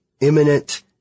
imminent